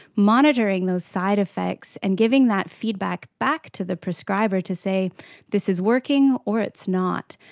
monitoring those side-effects and giving that feedback back to the prescriber to say this is working or it's not.